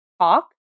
talk